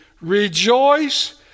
rejoice